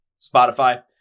Spotify